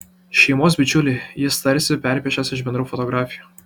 šeimos bičiulį jis tarsi perpiešęs iš bendrų fotografijų